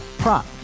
prop